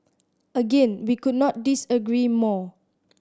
again we could not disagree more